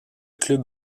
club